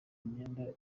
imyenda